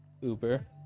Uber